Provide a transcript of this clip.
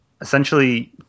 essentially